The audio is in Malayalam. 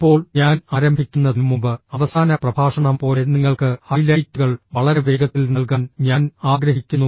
ഇപ്പോൾ ഞാൻ ആരംഭിക്കുന്നതിന് മുമ്പ് അവസാന പ്രഭാഷണം പോലെ നിങ്ങൾക്ക് ഹൈലൈറ്റുകൾ വളരെ വേഗത്തിൽ നൽകാൻ ഞാൻ ആഗ്രഹിക്കുന്നു